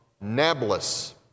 Nablus